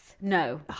no